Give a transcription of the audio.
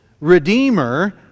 Redeemer